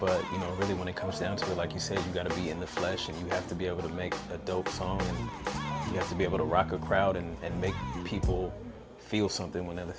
but you know really when it comes down to like you said you got to be in the flesh and you have to be able to make a dope song you have to be able to rock a crowd and make people feel something